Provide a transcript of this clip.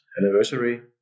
anniversary